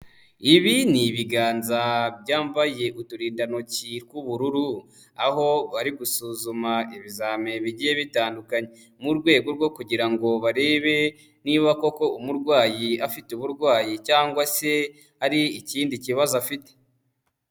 Ibi ni ibiganza byambaye uturindantoki tw'ubururu, aho bari gusuzuma ibizami bigiye bitandukanye, mu rwego rwo kugira ngo barebe niba koko umurwayi afite uburwayi cyangwa se hari ikindi kibazo afite.